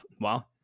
Wow